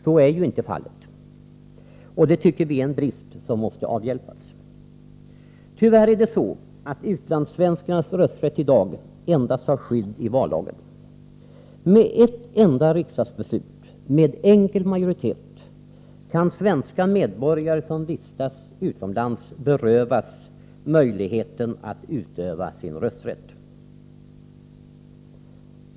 Så är ju inte fallet, och det tycker vi är en brist som måste avhjälpas. Tyvärr har utlandssvenskarnas rösträtt i dag endast skydd i vallagen. Med ett enda riksdagsbeslut, med enkel majoritet, kan svenska medborgare som vistats utomlands berövas möjligheten att utöva sin rösträtt.